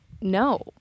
no